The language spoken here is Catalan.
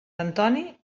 antoni